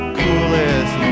coolest